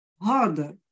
harder